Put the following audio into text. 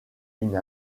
une